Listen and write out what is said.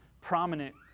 prominent